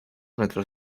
metros